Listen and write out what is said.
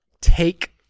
take